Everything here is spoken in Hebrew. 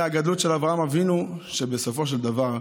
הגדלות של אברהם אבינו היא שבסופו של דבר,